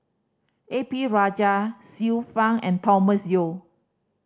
A P Rajah Xiu Fang and Thomas Yeo